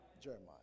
Jeremiah